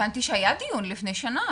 הבנתי שהיה על זה דיון לפני שנה.